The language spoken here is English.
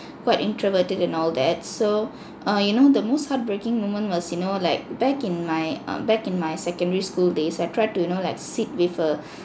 quite introverted and all that so uh you know the most heartbreaking moment was you know like back in my uh back in my secondary school days I tried to you know like sit with a